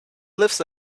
lives